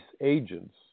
agents